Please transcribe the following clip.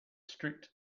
strict